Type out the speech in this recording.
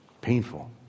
Painful